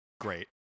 Great